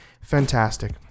fantastic